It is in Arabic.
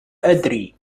أدري